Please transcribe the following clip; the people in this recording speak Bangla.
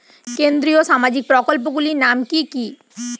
কেন্দ্রীয় সামাজিক প্রকল্পগুলি নাম কি কি?